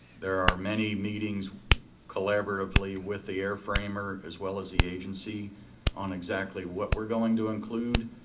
there are many meetings collaboratively with the airframer as well as the agency on exactly what we're going to include,